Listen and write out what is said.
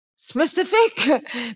Specific